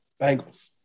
Bengals